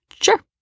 sure